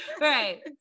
right